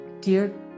Dear